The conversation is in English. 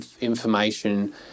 information